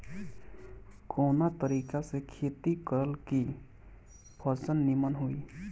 कवना तरीका से खेती करल की फसल नीमन होई?